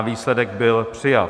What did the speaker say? Výsledek byl přijat.